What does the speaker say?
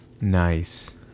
Nice